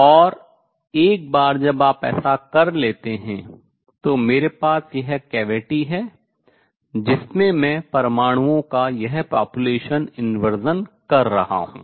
और एक बार जब आप ऐसा कर लेते हैं तो मेरे पास यह cavity गुहा है जिसमें मैं परमाणुओं का यह population inversion जनसंख्या व्युत्क्रमण कर रहा हूँ